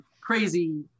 crazy